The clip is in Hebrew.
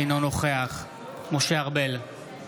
אינו נוכח משה ארבל,